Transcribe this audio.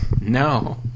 No